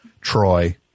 troy